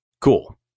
Cool